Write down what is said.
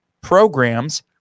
programs